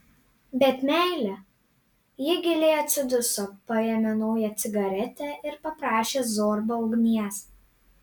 bet meilė ji giliai atsiduso paėmė naują cigaretę ir paprašė zorbą ugnies